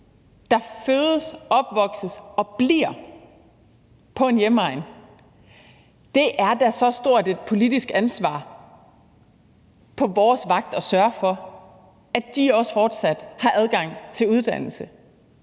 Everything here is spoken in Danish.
der fødes, opvokser og bliver på sin hjemegn. Det er da et stort politisk ansvar på vores vagt så at sørge for, at de også fortsat har adgang til uddannelse.